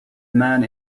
man